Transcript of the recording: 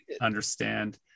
understand